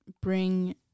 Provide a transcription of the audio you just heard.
bring